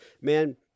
man